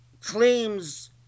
claims